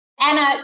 Anna